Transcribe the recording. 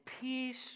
peace